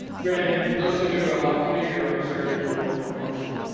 granted, those scissors are a lot bigger on a surge and a little bit more functional.